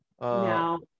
Now